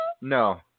no